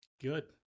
Good